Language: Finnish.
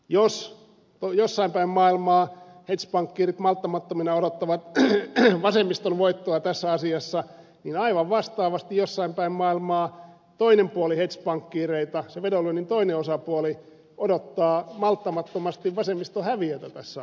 jos jossain päin maailmaa hedge pankkiirit malttamattomina odottavat vasemmiston voittoa tässä asiassa niin aivan vastaavasti jossain päin maailmaa toinen puoli hedge pankkiireita se vedonlyönnin toinen osapuoli odottaa malttamattomasti vasemmiston häviötä tässä asiassa